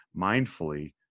mindfully